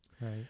right